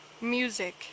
music